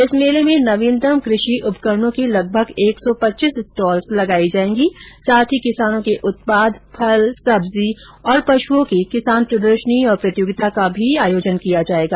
इस मेले में नवीनतम कृषि उपकरणों की लगभग एक सौ पचीस स्टालें लगाई जायेगी साथ ही किसानों के उत्पाद फल सब्जी पश्ञओं इत्यादि की किसान प्रदर्शनी व प्रतियोगिता का भी आयोजन किया जाएगा